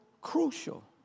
crucial